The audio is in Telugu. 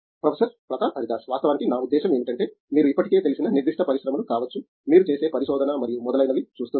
ప్రొఫెసర్ ప్రతాప్ హరిదాస్ వాస్తవానికి నా ఉద్దేశ్యం ఏమిటంటే మీరు ఇప్పటికే తెలిసిన నిర్దిష్ట పరిశ్రమలు కావచ్చు మీరు చేసే పరిశోధన మరియు మొదలైనవి చూస్తున్నారు